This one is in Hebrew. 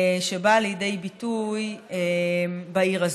שבא לידי ביטוי בעיר הזו.